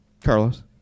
Carlos